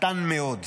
קטן מאוד.